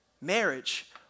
marriage